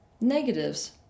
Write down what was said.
negatives